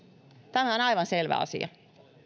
tämä on aivan selvä asia